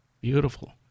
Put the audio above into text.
beautiful